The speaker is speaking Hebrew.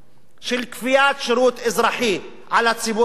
של כפיית שירות אזרחי על הציבור הערבי,